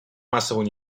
массового